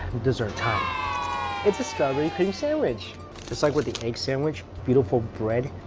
dessert time it's a strawberry cream sandwich just like with the egg sandwich, beautiful bread,